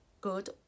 good